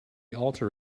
alter